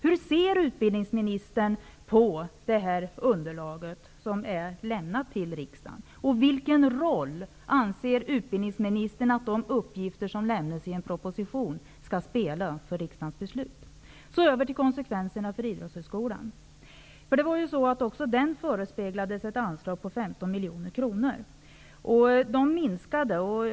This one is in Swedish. Hur ser utbildningsministern på det underlag som är lämnat till riksdagen, och vilken roll anser utbildningsministern att de uppgifter som lämnas i en proposition skall spela för riksdagens beslut? Vidare vill jag ta upp konsekvenserna för 15 miljoner kronor. Beloppet minskade emellertid.